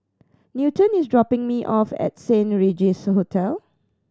Newton is dropping me off at Saint Regis Hotel